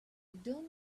don’t